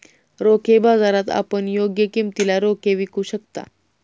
रोखे बाजारात आपण योग्य किमतीला रोखे विकू शकता